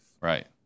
Right